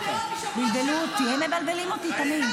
בלבלו אותי, הם תמיד מבלבלים אותי.